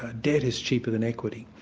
ah debt is cheaper than equity.